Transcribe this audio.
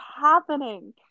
happening